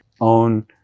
Own